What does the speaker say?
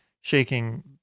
shaking